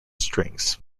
strings